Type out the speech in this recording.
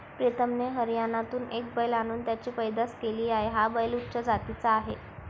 प्रीतमने हरियाणातून एक बैल आणून त्याची पैदास केली आहे, हा बैल उच्च जातीचा आहे